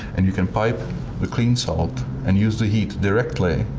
and you can pipe the clean salt and use the heat directly.